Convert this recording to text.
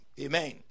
Amen